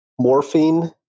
morphine